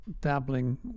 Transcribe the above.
dabbling